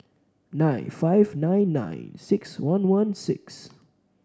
nine five nine nine six one one six